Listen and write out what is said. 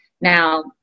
Now